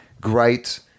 great